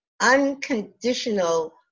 unconditional